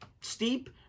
steep